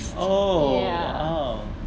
ya